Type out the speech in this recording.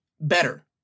better